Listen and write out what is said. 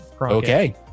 Okay